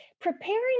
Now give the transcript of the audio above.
preparing